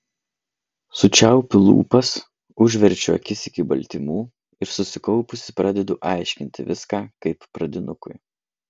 sučiaupiu lūpas užverčiu akis iki baltymų ir susikaupusi pradedu aiškinti viską kaip pradinukui